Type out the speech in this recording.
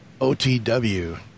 OTW